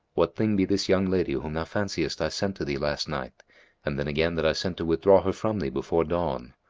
what thing be this young lady whom thou fanciest i sent to thee last night and then again that i sent to withdraw her from thee before dawn?